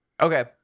Okay